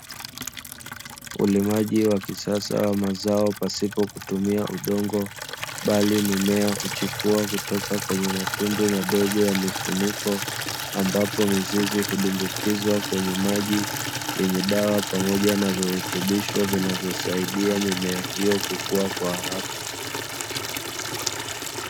Ulimaji wa kisasa wa mazao pasipo kutumia udongo, bali mimea huchipua kutoka kwenye matundu madogo ya mifuniko, ambapo mizizi hudumbukizwa kwenye maji yenye dawa pamoja na virutubisho vinavyosaidia mimea hiyo kukua kwa haraka.